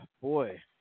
Boy